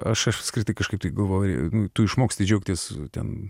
aš apskritai kažkaip galvoju tu išmoksti džiaugtis o ten